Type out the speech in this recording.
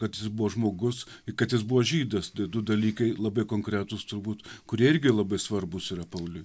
kad jis buvo žmogus kad jis buvo žydas du dalykai labai konkretūs turbūt kurie irgi labai svarbūs yra pauliui